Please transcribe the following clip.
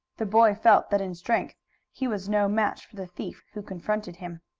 the boy felt that in strength he was no match for the thief who confronted him.